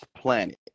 planet